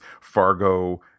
Fargo